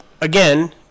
again